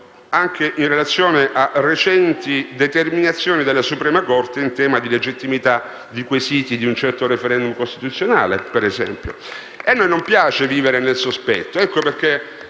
anche in relazione a recenti determinazioni della Suprema corte in tema di legittimità dei quesiti di un certo *referendum* costituzionale. *(Applausi dal Gruppo M5S)*. A noi non piace vivere nel sospetto. Ecco perché